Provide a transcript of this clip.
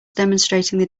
demonstrating